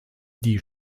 die